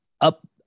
up